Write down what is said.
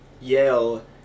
Yale